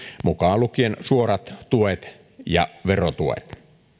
mukaan lukien suorat tuet ja verotuet